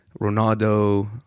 Ronaldo